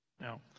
now